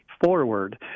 Forward